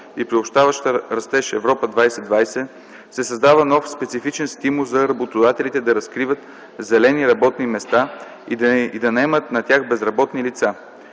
и приобщаващ растеж „Европа 2020” се създава нов специфичен стимул за работодателите да разкриват „зелени работни места” и да наемат на тях безработни лица.